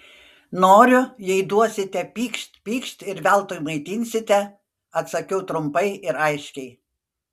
noriu jei duosite pykšt pykšt ir veltui maitinsite atsakiau trumpai ir aiškiai